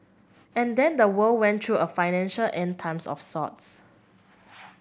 and then the world went through a financial End Times of sorts